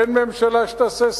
אין ממשלה שתעשה סדר.